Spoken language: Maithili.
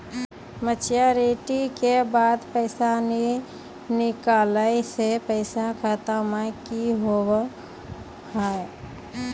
मैच्योरिटी के बाद पैसा नए निकले से पैसा खाता मे की होव हाय?